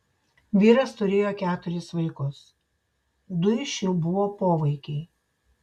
vyras turėjo keturis vaikus du iš jų buvo povaikiai